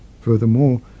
Furthermore